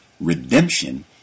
redemption